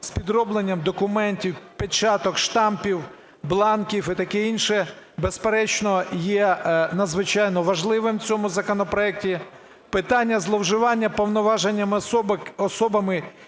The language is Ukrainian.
з підробленням документів, печаток, штампів, бланків і таке інше, безперечно, є надзвичайно важливим в цьому законопроекті. Питання зловживання повноваженнями особами,